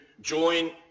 join